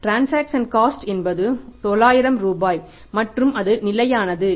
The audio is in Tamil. டிரன்சாக்சன் காஸ்ட் என்பது 900 ரூபாய் மற்றும் அது நிலையானது